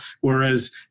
whereas